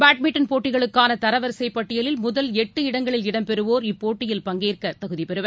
badminton போட்டிகளுக்கான தரவரிசைப் பட்டியலில் முதல் எட்டு இடங்களில் இடம்பெறுவோர் இப்போட்டியில் பங்கேற்க தகுதி பெறுவர்